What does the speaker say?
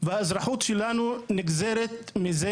והאזרחות שלנו נגזרת מזה